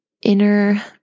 Inner